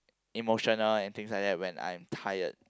emotional and things like that when I'm tired